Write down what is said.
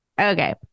okay